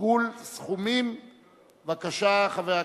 אנחנו עוברים,